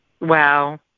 Wow